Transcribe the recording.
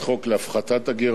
הוא יותר ממכפיל אותו.